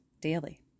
daily